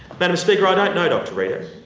madam speaker, i don't know dr reader,